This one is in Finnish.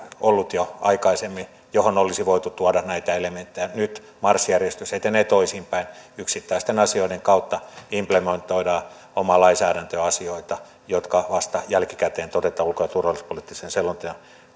ollut jo aikaisemmin ja siihen olisi voitu tuoda näitä elementtejä nyt marssijärjestys etenee toisinpäin yksittäisten asioiden kautta implementoidaan omaan lainsäädäntöön asioita jotka vasta jälkikäteen todetaan ulko ja turvallisuuspoliittisen selonteon